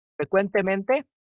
Frecuentemente